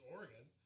Oregon